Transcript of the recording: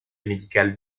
médicale